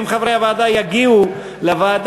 כך שאם חברי הוועדה יגיעו לוועדה,